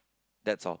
that's all